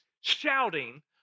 shouting